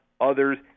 others